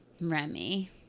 Remy